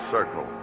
Circle